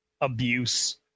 abuse